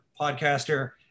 podcaster